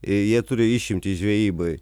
ir jie turi išimtį žvejyboj